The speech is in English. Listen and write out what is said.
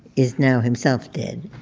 is now himself dead